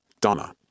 Donna